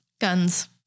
Guns